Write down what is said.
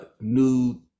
new